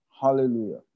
Hallelujah